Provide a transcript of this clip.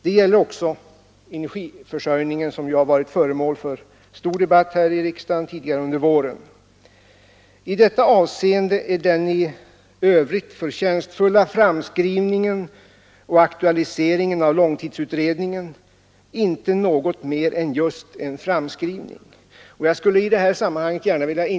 Det gäller också energiförsörjningen, som ju har varit föremål för en stor debatt här i riksda förtjänstfulla framskrivningen och aktualiseringen av långtidsutredningen inte något mer än just en framskrivning. Jag skall i det här sammanhanget gen tidigare. under våren.